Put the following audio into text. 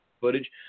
footage